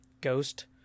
ghost